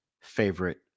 favorite